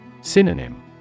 Synonym